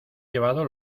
llevado